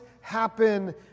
happen